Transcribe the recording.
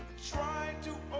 try to